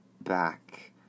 back